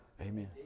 amen